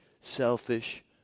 selfish